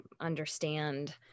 understand